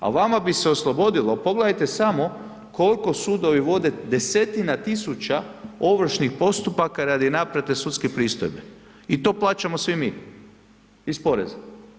A vama bi se oslobodilo, pogledajte samo koliko sudovi vode desetina tisuća ovršnih postupaka radi naplate sudske pristojbe i to plaćamo svi mi iz poreza.